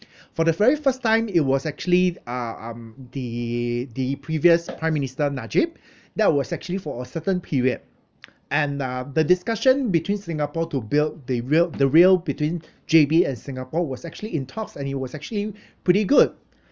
for the very first time it was actually uh um the the previous prime minister najib that was actually for a certain period and uh the discussion between singapore to build the rail the rail between J_B and singapore was actually in talks and it was actually pretty good